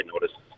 noticed